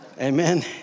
Amen